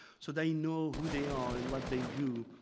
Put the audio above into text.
so they know who they are and what they do,